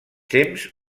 temps